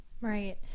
Right